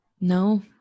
No